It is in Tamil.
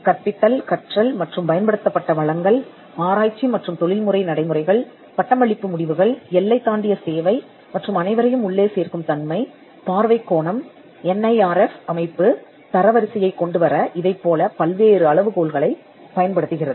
கற்பித்தல் கற்றல் மற்றும் பயன்படுத்தப்பட்ட வளங்கள் ஆராய்ச்சி மற்றும் தொழில்முறை நடைமுறைகள் பட்டமளிப்பு முடிவுகள் எல்லை தாண்டிய சேவை மற்றும் அனைவரையும் உள்ளே சேர்க்கும் தன்மை பார்வைக் கோணம் என் ஐ ஆர் எஃப் அமைப்பு தரவரிசையைக் கொண்டுவர இதைப்போல பல்வேறு அளவுகோல்களைப் பயன்படுத்துகிறது